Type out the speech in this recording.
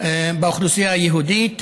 באוכלוסייה היהודית,